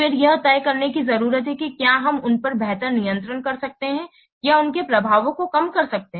फिर यह तय करने की जरूरत है कि क्या हम उन पर बेहतर नियंत्रण कर सकते हैं या उनके प्रभावों को कम कर सकते हैं